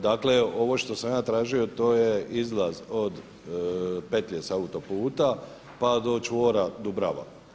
Dakle, ovo što sam ja tražio to je izlaz od petlje s autoputa pa do čvora Dubrava.